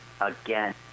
Again